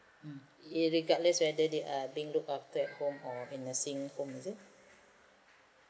mm irregardless whether they are being looked after at home or at nursing home is it